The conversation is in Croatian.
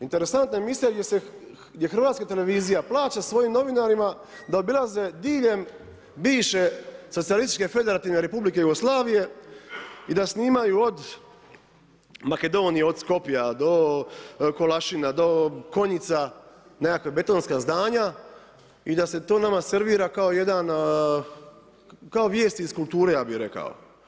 Interesantna emisija gdje Hrvatska televizija plaća svojim novinarima da obilaze diljem bivše Socijalističke Federativne Republike Jugoslavije i da snimaju od Makedonije, od Skopja do Kolašina, do Konjica nekakva betonska zdanja i da se to nama servira kao jedan, kao vijesti iz kulture ja bih rekao.